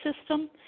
system